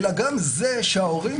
יש סיכוי --- נאור,